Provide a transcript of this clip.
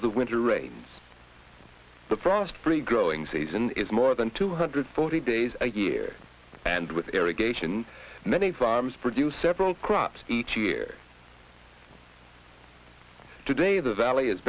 the winter rains the frost free growing season is more than two hundred forty days a year and with irrigation many farms produce several crops each year today the valley is